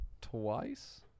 twice